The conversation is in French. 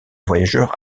voyageurs